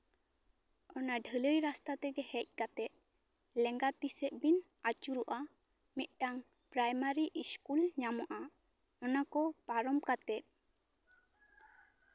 ᱚᱱᱟ ᱰᱷᱟᱹᱞᱟᱹᱭ ᱨᱟᱥᱛᱟ ᱛᱮᱜᱮ ᱦᱮᱡ ᱠᱟᱛᱮᱜ ᱞᱮᱸᱜᱟ ᱛᱤ ᱥᱮᱜ ᱵᱮᱱ ᱟᱹᱪᱩᱨᱚᱜᱼᱟ ᱢᱤᱫᱴᱟᱝ ᱯᱨᱟᱭᱢᱟᱨᱤ ᱤᱥᱠᱩᱞ ᱧᱟᱢᱚᱜᱼᱟ ᱚᱱᱟ ᱠᱚ ᱯᱟᱨᱚᱢ ᱠᱟᱛᱮᱜ